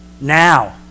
Now